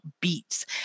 beats